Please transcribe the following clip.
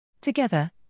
Together